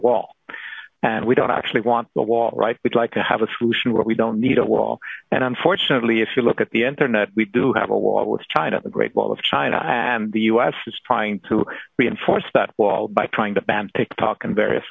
wall and we don't actually want the wall right we'd like to have a solution where we don't need a wall and unfortunately if you look at the internet we do have a wall with china the great wall of china and the us is trying to reinforce that wall by trying to ban tiktok various